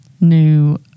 new